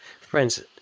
friends